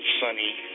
sunny